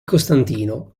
costantino